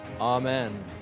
Amen